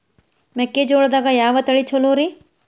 ಮೆಕ್ಕಿಜೋಳದಾಗ ಯಾವ ತಳಿ ಛಲೋರಿ?